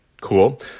cool